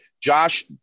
Josh